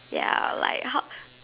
ya like how